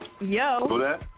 Yo